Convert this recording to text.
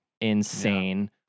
insane